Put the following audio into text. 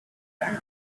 and